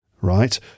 right